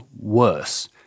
worse